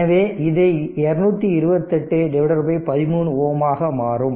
எனவே இது 228 13 Ω ஆக மாறும்